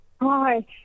hi